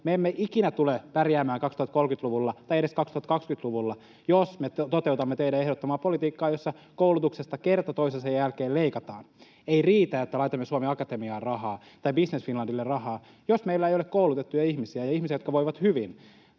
Me emme ikinä tule pärjäämään 2030-luvulla tai edes 2020-luvulla, jos me toteutamme teidän ehdottamaanne politiikkaa, jossa koulutuksesta kerta toisensa jälkeen leikataan. Ei riitä, että laitamme Suomen Akatemiaan rahaa tai Business Finlandille rahaa, jos meillä ei ole koulutettuja ihmisiä ja ihmisiä, jotka voivat hyvin.